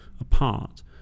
apart